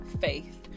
faith